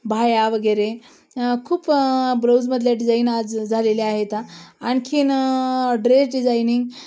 बाह्यावगैरे खूप ब्लाऊजमधल्या डिझाईन आज झालेल्या आहेत आणखी ड्रेस डिझायनिंग